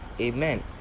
Amen